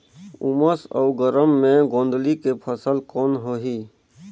उमस अउ गरम मे गोंदली के फसल कौन होही?